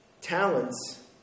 Talents